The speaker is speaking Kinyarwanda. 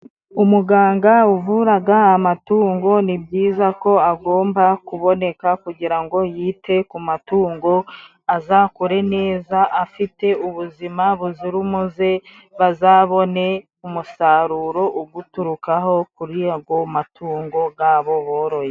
Umuganga wavuraga amatungo ni byiza ko agomba kuboneka, kugira ngo yite ku matungo azakure neza afite ubuzima buzira umuze, bazabone umusaruro uguturukaho kuri ayo matungo gabo boroye.